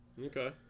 Okay